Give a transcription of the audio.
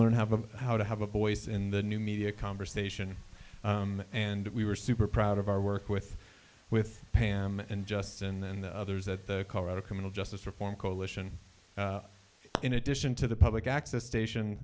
learn have a how to have a voice in the new media conversation and we were super proud of our work with with pam and justin and the others at the colorado criminal justice reform coalition in addition to the public access station